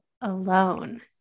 alone